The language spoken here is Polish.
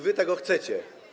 Wy tego chcecie.